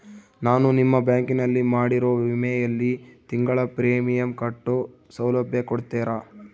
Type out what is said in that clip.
ನಾನು ನಿಮ್ಮ ಬ್ಯಾಂಕಿನಲ್ಲಿ ಮಾಡಿರೋ ವಿಮೆಯಲ್ಲಿ ತಿಂಗಳ ಪ್ರೇಮಿಯಂ ಕಟ್ಟೋ ಸೌಲಭ್ಯ ಕೊಡ್ತೇರಾ?